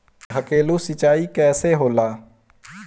ढकेलु सिंचाई कैसे होला?